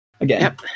again